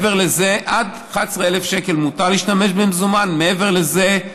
עד 11,000 שקל מותר להשתמש במזומן ומעבר לזה,